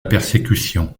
persécution